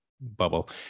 bubble